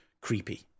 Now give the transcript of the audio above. creepy